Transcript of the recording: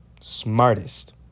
smartest